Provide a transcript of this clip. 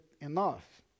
enough